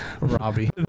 Robbie